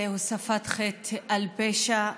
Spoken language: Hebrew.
זה הוספת חטא על פשע,